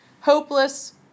Hopeless